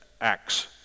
Acts